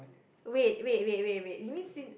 wait wait wait wait wait you mean since